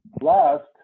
last